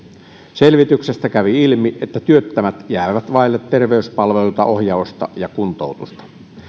selvityksestä kävi ilmi että työttömät jäävät vaille terveyspalveluita ohjausta ja kuntoutusta